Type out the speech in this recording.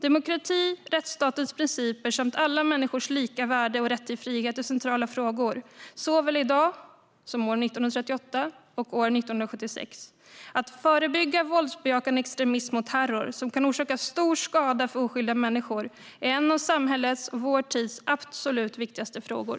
Demokrati, rättsstatens principer samt alla människors lika värde och rätt till frihet är centrala frågor såväl i dag som år 1938 och år 1976. Att förebygga våldsbejakande extremism och terror som kan orsaka stor skada för oskyldiga människor är en av samhällets och vår tids absolut viktigaste frågor.